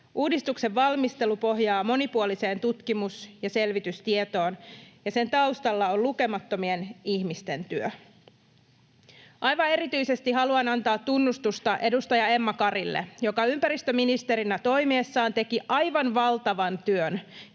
Uudistuksen valmistelu pohjaa monipuoliseen tutkimus- ja selvitystietoon, ja sen taustalla on lukemattomien ihmisten työ. Aivan erityisesti haluan antaa tunnustusta edustaja Emma Karille, joka ympäristöministerinä toimiessaan teki aivan valtavan työn,